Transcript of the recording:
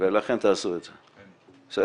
ולכן תעשו את זה, בסדר?